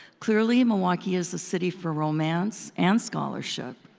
clearly, milwaukee is a city for romance and scholarship!